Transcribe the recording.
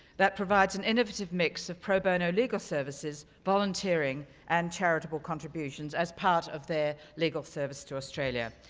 that provides an innovative mix of pro-bono legal services, volunteering, and charitable contributions as part of their legal service to australia.